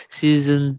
season